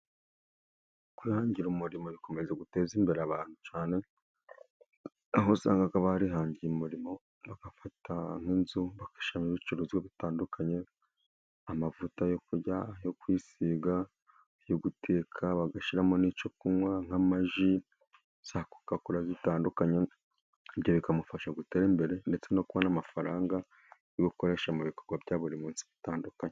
Kwihangira umurimo bikomeza guteza imbere abantu cyane, aho usanga barihangiye umurimo, bagafata nk'inzu, bagashyiramo ibicuruzwa bitandukanye: amavuta yo kurya, ayo kwisiga, ayo guteka; bagashyiramo n'icyo kunywa, nk'amazi, za kokakora zitandukanye. Ibyo bikamufasha gutera imbere, ndetse no kubona amafaranga yo gukoresha mu bikorwa bya buri munsi bitandukanye.